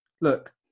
Look